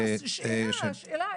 זאת שאלה עקרונית.